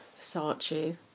Versace